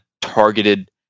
targeted